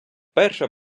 перша